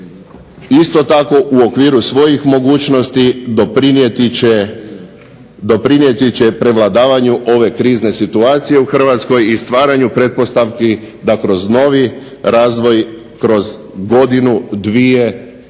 Isto tako u okviru svojih mogućnosti doprinijeti će prevladavanju ove krizne situacije u Hrvatskoj i stvaranju pretpostavki da kroz novi razvoj kroz godinu, dvije